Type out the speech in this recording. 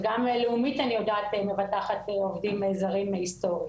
וגם לאומית אני יודעת מבטחת עובדים זרים היסטורית.